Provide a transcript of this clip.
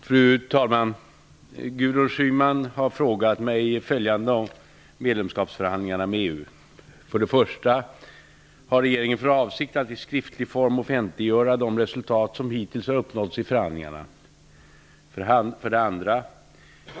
Fru talman! Gudrun Schyman har frågat mig följande om medlemskapsförhandlingarna med ''1. Har regeringen för avsikt att i skriftlig form offentliggöra de resultat som hittills uppnåtts i förhandlingarna'' 2.